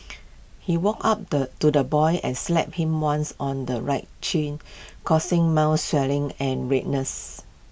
he walked up the to the boy and slapped him once on the right cheek causing mild swelling and redness